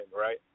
right